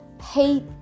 hate